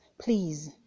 please